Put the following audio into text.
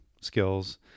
skills